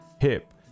hip